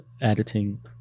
editing